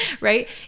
right